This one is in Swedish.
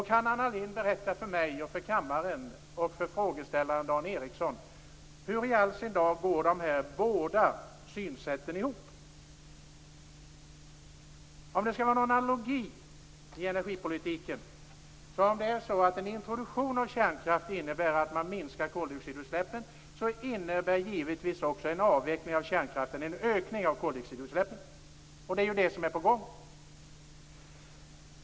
Kan Anna Lindh berätta för mig, för kammaren och för frågeställaren Dan Ericsson hur i all sin dar dessa båda synsätt går ihop? Det måste väl vara någon analogi i energipolitiken. Om en introduktion av kärnkraft innebär att man minskar koldioxidutsläppen, så innebär givetvis också en avveckling av kärnkraften en ökning av koldioxidutsläppen, och det är ju det som är på gång.